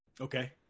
Okay